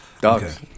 Dogs